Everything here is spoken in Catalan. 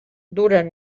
duren